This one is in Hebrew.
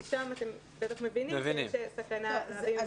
כי שם אתם בטח מבינים שיש סכנה להדבקה.